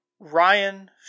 Ryan